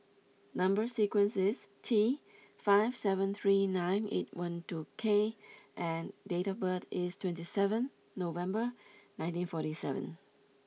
number sequence is T five seven three nine eight one two K and date of birth is twenty seven November nineteen forty seven